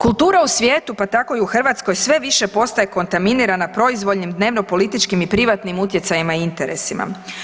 Kultura u svijetu pa tako i u Hrvatskoj sve više postaje kontaminirana proizvoljnim dnevnopolitičkim i privatnim utjecajima i interesima.